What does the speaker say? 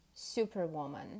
Superwoman